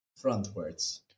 frontwards